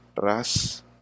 ras